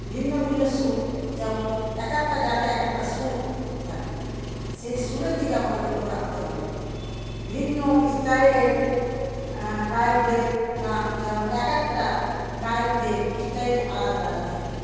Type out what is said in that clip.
ভিন্ন ভিন্ন সুর যেমন এক একটা গানে এক একটা সুর থাকে সেই সুরের দিকে আমাকে লক্ষ্য রাখতে হবে ভিন্ন স্টাইলের গায়কদের গান যেমন এক একটা গায়কদের স্টাইলে আলাদা আলাদা থাকে